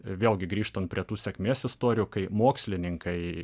vėlgi grįžtant prie tų sėkmės istorijų kai mokslininkai